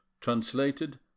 Translated